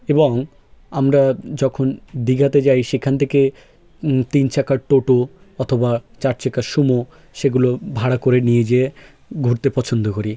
এবং আমরা যখন দীঘাতে যাই সেখান থেকে তিন চাকার টোটো অথবা চার চাকার সুমো সেগুলো ভাড়া করে নিয়ে যেয়ে ঘুরতে পছন্দ করি